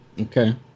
okay